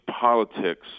politics